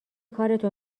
کارتو